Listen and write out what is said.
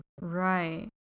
right